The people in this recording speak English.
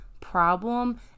problem